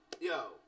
Yo